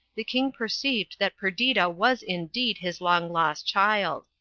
the king perceived that perdita was indeed his long-lost child.